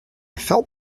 felt